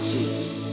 Jesus